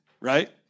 Right